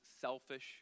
selfish